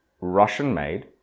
Russian-made